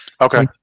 okay